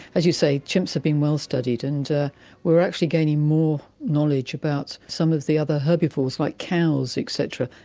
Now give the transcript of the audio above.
as you say, chimps have been well studied, and we're actually gaining more knowledge about some of the other herbivores, like cows et cetera,